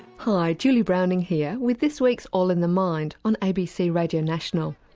hi, julie browning here with this week's all in the mind on abc radio national.